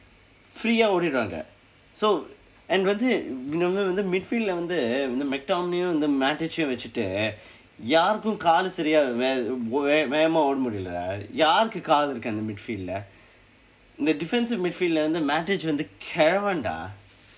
free ah ஓடிறாங்க:oodiraangka so and வந்து:vandthu um வந்து:vandthu midfield-lae வந்து இந்த:vanthu indtha mctominay அந்த:andtha matic-yum வைத்துட்டு யாருக்கும் காலு சரியா வேலை வேகமா ஓடி முடியல யாருக்கு காலு இருக்கு அந்த:vaiththutdu yaarukkum kaalu sariyaa veelai veekamaa ooda mudiyala yaarukku kaalu irukku andtha midfield-lae இந்த:indtha defensive midfield இல்ல வந்து:illa vandthu matic வந்து கிழவன்:vandthu kizhavan dah